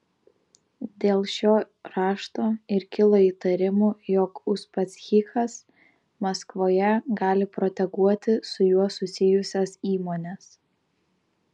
dėl šio rašto ir kilo įtarimų jog uspaskichas maskvoje gali proteguoti su juo susijusias įmones